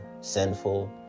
sinful